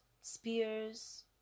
spears